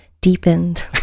deepened